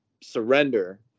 surrender